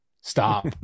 stop